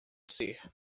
ser